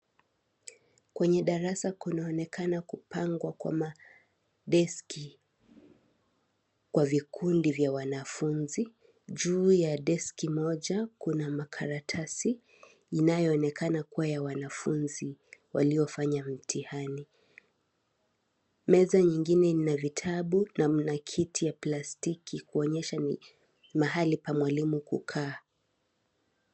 Kwenye darasa kunaonekana kupangwa kwa madeski kwa vikundi vya wanafunzi, juu ya deski moja kuna makaratasi inayoonekana kuwa ya wanafunzi waliofanya mtihani, meza nyingine ina vitabu na mna kiti ya plastiki kuonyesha ni mahali pa mwalimu kukaa.